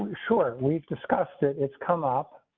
sure, we've discussed it. it's come up.